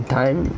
time